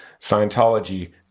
Scientology